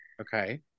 Okay